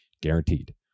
Guaranteed